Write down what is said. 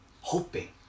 hoping